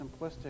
simplistic